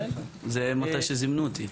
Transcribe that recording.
זה המועד שזימנו אותי.